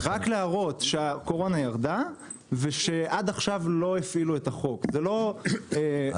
להגיד שעד עכשיו לא הפעילו את החוק זה רק תירוץ.